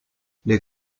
les